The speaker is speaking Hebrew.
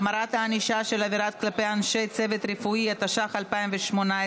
החמרת הענישה על עבירה כלפי אנשי צוות רפואי) התשע"ח 2018,